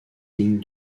lignes